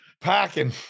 packing